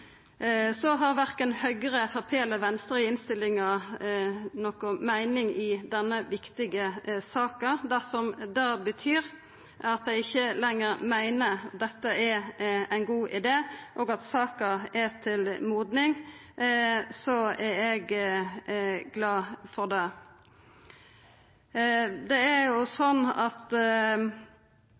Så har verken Høgre, Framstegspartiet eller Venstre i innstillinga noka meining i denne viktige saka. Dersom det betyr at dei ikkje lenger meiner at dette er ein god idé, og at saka er til modning, er eg glad for det. Eg har ikkje høyrt nokon argumentera med at ressursbruken i tannhelsetenesta er dårleg, og at